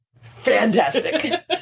Fantastic